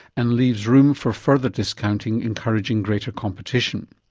and leaves room for further discounting, encouraging greater competition.